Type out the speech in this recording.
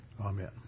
Amen